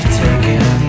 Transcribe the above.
taken